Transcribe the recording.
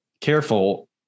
careful